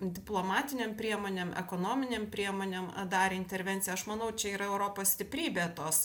diplomatinėm priemonėm ekonominėm priemonėm darė intervenciją aš manau čia yra europos stiprybė tos